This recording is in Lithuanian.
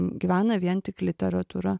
gyvena vien tik literatūra